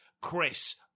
Chris